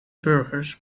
burgers